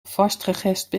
vastgegespt